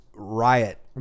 Riot